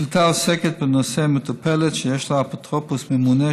השאילתה עוסקת בנושא מטופלת שיש לה אפוטרופוס ממונה,